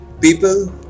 people